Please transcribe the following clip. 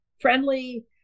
Friendly